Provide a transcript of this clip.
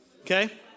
Okay